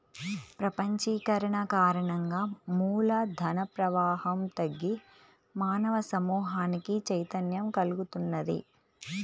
ప్రపంచీకరణ కారణంగా మూల ధన ప్రవాహం తగ్గి మానవ సమూహానికి చైతన్యం కల్గుతున్నది